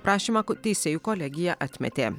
prašymą ko teisėjų kolegija atmetė